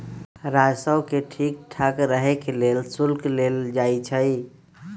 राजस्व के ठीक ठाक रहे के लेल शुल्क लेल जाई छई